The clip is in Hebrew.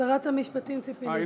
שרת המשפטים ציפי לבני.